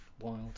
wild